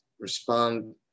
Respond